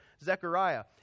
Zechariah